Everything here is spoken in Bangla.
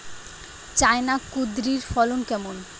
চায়না কুঁদরীর ফলন কেমন?